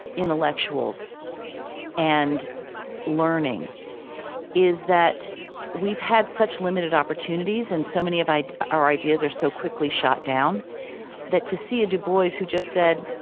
intellectuals and learning is that we've had such limited opportunities and so many of our ideas are so quickly shot down that to see a du bois who just said,